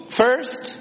first